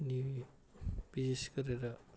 अनि विशेष गरेर